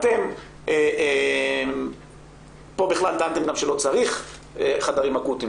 אתם פה בכלל טענתם גם שלא צריך חדרים אקוטיים,